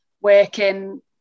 working